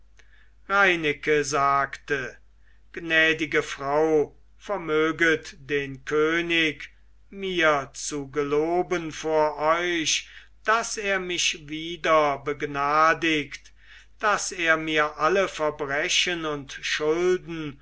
reineke sagte gnädige frau vermöget den könig mir zu geloben vor euch daß er mich wieder begnadigt daß er mir alle verbrechen und schulden